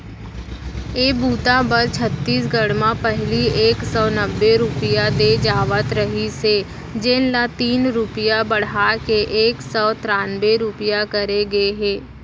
ए बूता बर छत्तीसगढ़ म पहिली एक सव नब्बे रूपिया दे जावत रहिस हे जेन ल तीन रूपिया बड़हा के एक सव त्रान्बे रूपिया करे गे हे